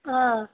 অঁ